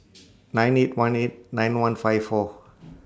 nine eight one eight nine one five four